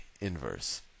inverse